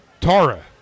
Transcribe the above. Tara